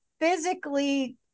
physically